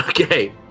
Okay